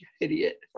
idiot